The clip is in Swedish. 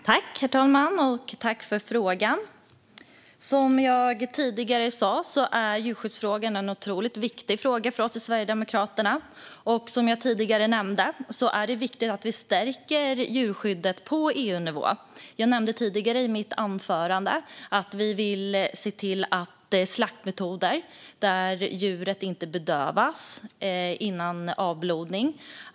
Herr talman! Jag tackar ledamoten för frågan. Som jag tidigare sa är djurskyddsfrågan en otroligt viktig fråga för oss i Sverigedemokraterna, och det är viktigt att stärka djurskyddet på EU-nivå. Bland annat vill vi få bort slaktmetoder där djuret inte bedövas innan avblodning.